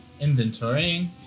inventorying